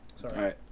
Sorry